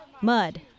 mud